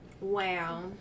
wow